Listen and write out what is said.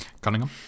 Cunningham